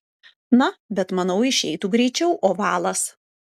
na bet manau išeitų greičiau ovalas